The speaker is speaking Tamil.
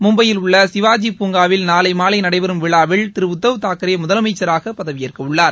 மும்பையில் உள்ள சிவாஜி பூங்காவில் நாளை மாலை நடைபெறும் விழாவில் திரு உத்தவ் தாக்ரே முதலமைச்சராக பதவியேற்கவுள்ளார்